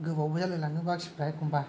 गोबावबो जालायलाङो बाखिफ्रा एखम्बा